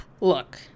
Look